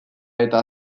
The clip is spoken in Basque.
eta